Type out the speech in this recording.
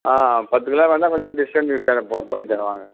ஆ பத்து கிலோ வேணுனால் கொஞ்சம் டிஸ்கவுண்டு தரேன் ப பண்ணி தரேன் வாங்க